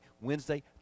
Wednesday